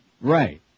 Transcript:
Right